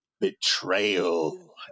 betrayal